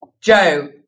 Joe